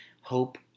hope